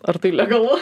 ar tai legalu